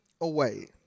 away